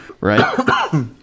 right